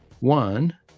One